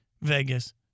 Vegas